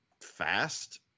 fast